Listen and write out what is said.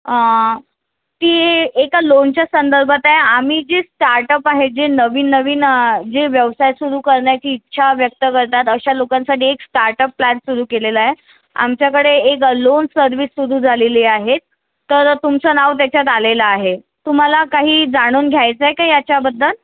ती एका लोनच्या संदर्भात आहे आम्ही जे स्टार्टअप आहे जे नवीन नवीन जे व्यवसाय सुरु करण्याची इच्छा व्यक्त करतात अशा लोकांसाठी एक स्टार्टअप प्लॅन सुरु केलेला आहे आमच्याकडे एक लोन सर्व्हिस सुरु झालेली आहे तर तुमचं नाव त्याच्यात आलेलं आहे तुम्हाला काही जाणून घ्यायचंय का याच्याबद्दल